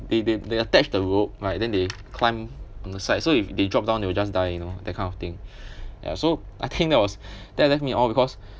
they they they attached the rope right then they climb on the side so if they drop down they will just die you know that kind of thing ya so I think that was that left me in awe because